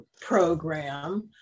program